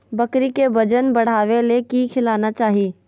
बकरी के वजन बढ़ावे ले की खिलाना चाही?